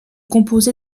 composé